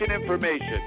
information